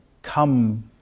come